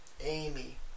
Amy